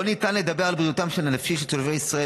לא ניתן לדבר על בריאותם הנפשית של תושבי ישראל